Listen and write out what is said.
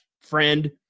friend